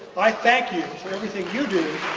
i thank you for everything you do,